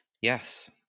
Yes